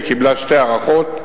היא קיבלה שתי הארכות,